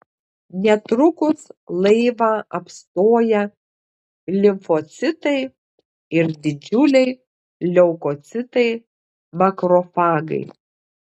netrukus laivą apstoja limfocitai ir didžiuliai leukocitai makrofagai